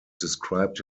described